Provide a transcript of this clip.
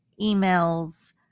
emails